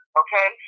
okay